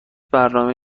برنامه